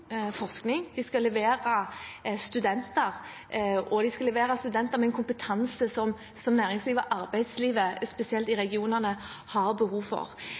De skal levere studenter – og de skal levere studenter med en kompetanse som næringslivet og arbeidslivet, spesielt i regionene, har behov for.